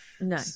no